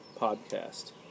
podcast